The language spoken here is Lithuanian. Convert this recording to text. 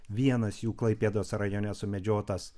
vienas jų klaipėdos rajone sumedžiotas